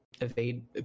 evade